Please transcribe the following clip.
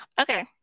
Okay